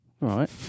right